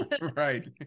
Right